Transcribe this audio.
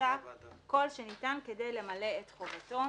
עשה כל שניתן כדי למלא את חובתו.